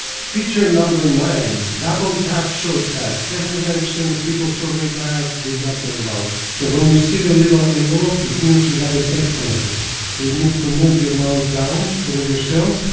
feature number nine double tap shortcut seventy-nine percent of people surveyed by us did not know about, so when you see the little envelope it means you got a text message so you need to move your mouse down toward yourself